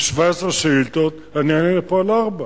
מ-17 שאילתות אני אענה פה על ארבע,